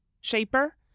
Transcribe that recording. shaper